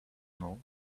know